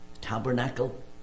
tabernacle